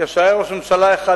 כשהיה ראש ממשלה אחד,